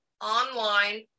online